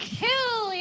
kill